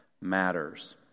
matters